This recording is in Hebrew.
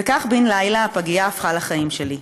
וכך, בן לילה הפגייה הפכה לחיים שלי.